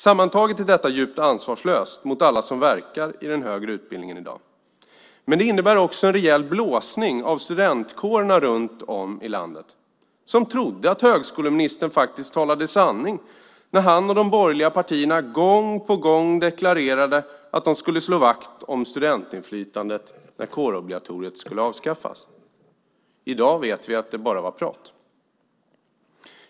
Sammantaget är detta djupt ansvarslöst mot alla som verkar i den högre utbildningen i dag. Men det innebär också en rejäl blåsning av studentkårerna runt om i landet som trodde att högskoleministern talade sanning när han och de borgerliga partierna gång på gång deklarerade att de skulle slå vakt om studentinflytandet när kårobligatoriet skulle avskaffas. I dag vet vi att det bara var prat.